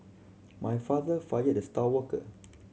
my father fired the star worker